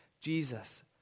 Jesus